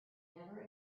never